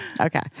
Okay